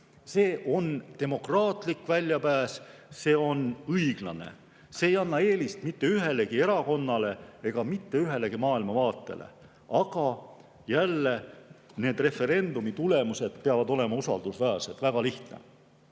See on demokraatlik väljapääs, see on õiglane, see ei anna eelist mitte ühelegi erakonnale ega mitte ühelegi maailmavaatele. Aga jälle, referendumi tulemused peavad olema usaldusväärsed. Väga lihtne.